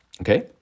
okay